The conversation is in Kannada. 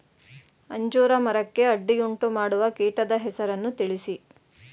ಅಂಜೂರ ಮರಕ್ಕೆ ಅಡ್ಡಿಯುಂಟುಮಾಡುವ ಕೀಟದ ಹೆಸರನ್ನು ತಿಳಿಸಿ?